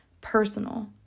personal